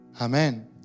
Amen